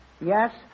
yes